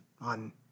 on